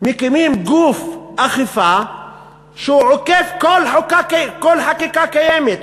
מקימים גוף אכיפה שעוקף כל חקיקה קיימת,